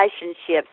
relationships